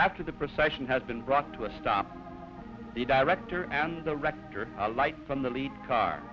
after the procession has been brought to a stop the director and the rector light from the lead car